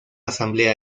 asamblea